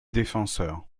défenseurs